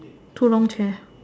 two long chair